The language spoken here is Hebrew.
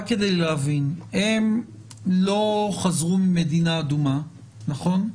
רק כדי להבין, הם לא חזרו ממדינה אדומה, נכון?